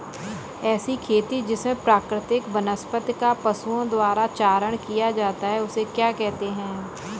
ऐसी खेती जिसमें प्राकृतिक वनस्पति का पशुओं द्वारा चारण किया जाता है उसे क्या कहते हैं?